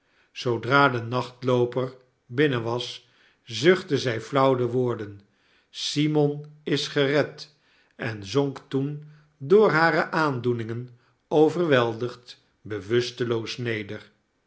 zoodra de nachtlooper binnen was zuchtte zij nauw de woorden simon is gered en zonk toen door hare aandoeningen overweldigd bewusteloos neder